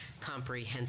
comprehensive